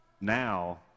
now